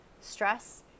stress